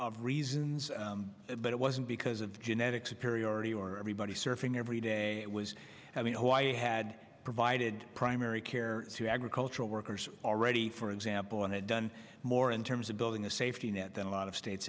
of reasons but it wasn't because of genetic superiority or everybody surfing every day was having a had provided primary care to agricultural workers already for example and had done more in terms of building a safety net than a lot of states